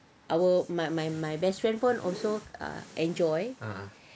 our my my my best friend pun also ah enjoy